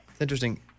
Interesting